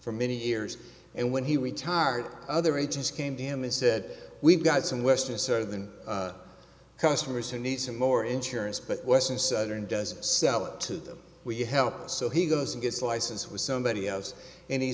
for many years and when he retired other agents came to him and said we've got some western certain customers who need some more insurance but western southern doesn't sell it to them we help so he goes and gets a license with somebody else and he